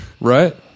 right